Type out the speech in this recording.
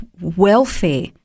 welfare